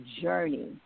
journey